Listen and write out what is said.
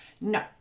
no